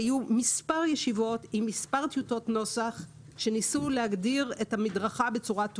היו מספר ישיבות עם מספר טיוטות נוסח שניסו להרחיב את הגדרת